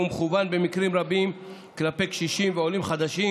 והוא מכוון במקרים רבים כלפי קשישים ועולים חדשים